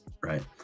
right